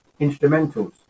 instrumentals